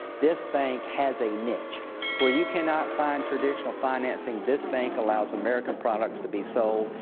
this bank has a niche where you cannot find traditional financialing, this bank allows american products to be sold.